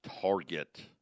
target